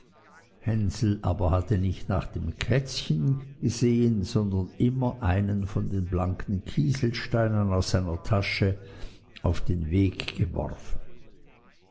hänsel aber hatte nicht nach dem kätzchen gesehen sondern immer einen von den blanken kieselsteinen aus seiner tasche auf den weg geworfen